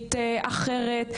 פרה-רפואית אחרת,